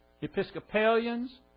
Episcopalians